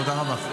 תודה רבה.